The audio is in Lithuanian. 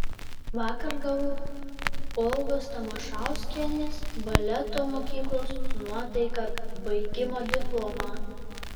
vakar gavau olgos tamašauskienės baleto mokyklos nuotaika baigimo diplomą